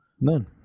None